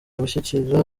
gushyigikira